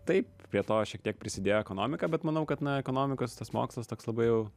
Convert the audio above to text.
taip prie to šiek tiek prisidėjo ekonomika bet manau kad na ekonomikos tas mokslas toks labai jau